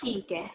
ठीक आहे